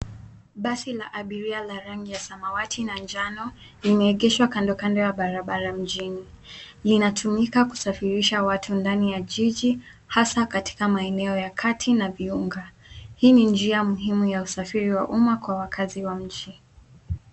Basi la abiria la rangi ya samawati na njano limeegeshwa kandokando ya barabara mjini. Linatumika kusafirisha watu ndani ya jiji, hasa katika maeneo ya kati na viunga. Hii ni njia muhimu ya usafiri wa umma kwa wakazi wa mji.